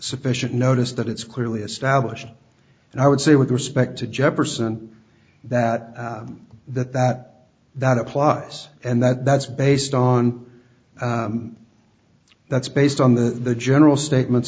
sufficient notice that it's clearly established and i would say with respect to jefferson that that that that applies and that's based on that's based on the general statements